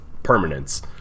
Permanence